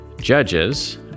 Judges